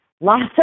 lots